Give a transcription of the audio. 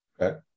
Okay